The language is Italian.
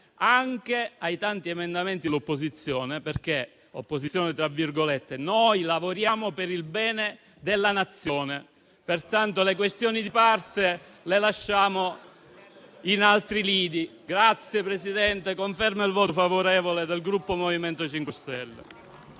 anche ai tanti emendamenti dell'"opposizione" perché noi lavoriamo per il bene della Nazione. Le questioni di parte le lasciamo ad altri lidi. Grazie, Presidente, confermo il voto favorevole del Gruppo MoVimento 5 Stelle.